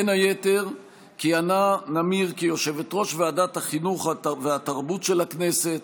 בין היתר כיהנה נמיר כיושבת-ראש ועדת החינוך והתרבות של הכנסת,